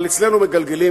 אבל אצלנו מגלגלים,